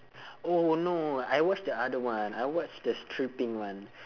oh no I watch the other one I watch the stripping one